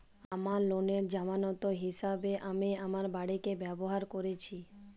আমার লোনের জামানত হিসেবে আমি আমার বাড়িকে ব্যবহার করেছি